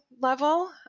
level